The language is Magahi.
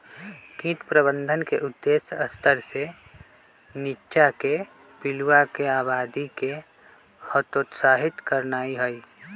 कीट प्रबंधन के उद्देश्य स्तर से नीच्चाके पिलुआके आबादी के हतोत्साहित करनाइ हइ